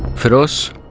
feroz,